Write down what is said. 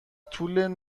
طول